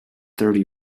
thirty